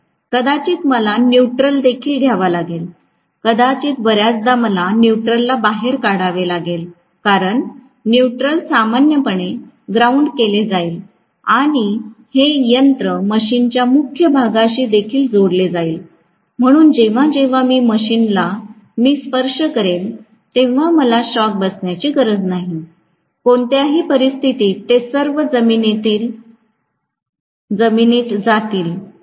कदाचित मला न्यूट्रल देखील घ्यावा लागेल कदाचित बर्याचदा मला न्यूट्रल ला बाहेर काढावे लागेल कारण न्यूट्रल सामान्यपणे ग्राउंड केले जाईल आणि हे यंत्र मशीनच्या मुख्य भागाशी देखील जोडले जाईल म्हणून जेव्हा जेव्हा मी मशीनला मी स्पर्श करीन तेव्हा मला शॉक बसण्याची गरज नाही कोणत्याही परिस्थितीत ते सर्व जमीनीत जातील